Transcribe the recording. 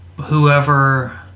whoever